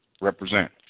represent